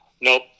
nope